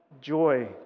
joy